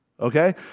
okay